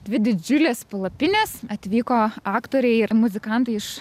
dvi didžiulės palapinės atvyko aktoriai ir muzikantai iš